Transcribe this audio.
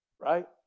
Right